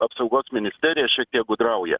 apsaugos ministerija šiek tiek gudrauja